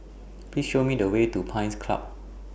Please Show Me The Way to Pines Club